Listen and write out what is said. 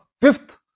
fifth